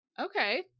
Okay